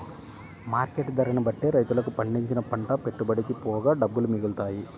market ధరని బట్టే రైతులకు పండించిన పంట పెట్టుబడికి పోగా డబ్బులు మిగులుతాయి